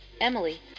Emily